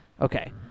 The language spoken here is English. Okay